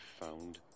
found